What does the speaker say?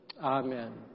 Amen